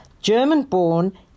German-born